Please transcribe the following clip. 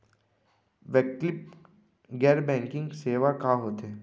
वैकल्पिक गैर बैंकिंग सेवा का होथे?